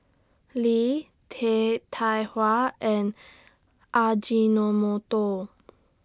Lee Tai Hua and Ajinomoto